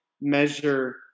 measure